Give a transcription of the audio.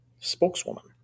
spokeswoman